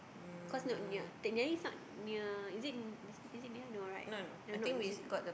cause not near technically it's not near is it near no right no not